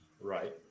Right